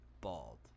Bald